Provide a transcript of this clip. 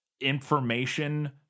information